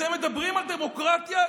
אתם מדברים על דמוקרטיה?